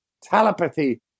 telepathy